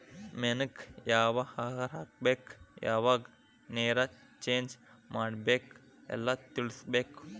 ಮೇನಕ್ಕ ಯಾವ ಆಹಾರಾ ಹಾಕ್ಬೇಕ ಯಾವಾಗ ನೇರ ಚೇಂಜ್ ಮಾಡಬೇಕ ಎಲ್ಲಾ ತಿಳಕೊಬೇಕ